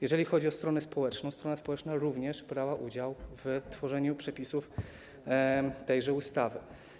Jeżeli chodzi o stronę społeczną, to strona społeczna również brała udział w tworzeniu przepisów tejże ustawy.